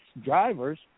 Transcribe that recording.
drivers